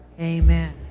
Amen